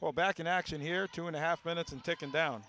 well back in action here two and a half minutes and taken down